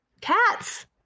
Cats